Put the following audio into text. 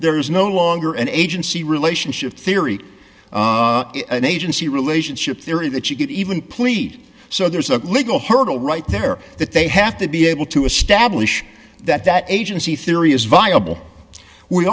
there is no longer an agency relationship theory an agency relationship theory that you could even plead so there's a legal hurdle right there that they have to be able to establish that that agency theory is viable we